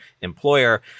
employer